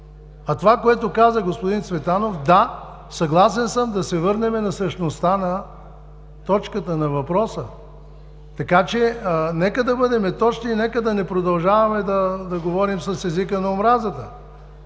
А това, което каза господин Цветанов – да, съгласен съм да се върнем на същността на точката, на въпроса. Нека да бъдем точни и да не продължаваме да говорим с езика на омразата.